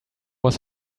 was